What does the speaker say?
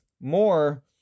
more